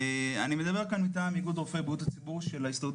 אני מדבר כאן מטעם איגוד רופאי בריאות הציבור של ההסתדרות